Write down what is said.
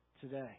today